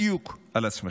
העדת בדיוק על עצמך.